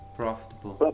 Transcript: profitable